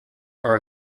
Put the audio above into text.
are